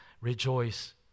rejoice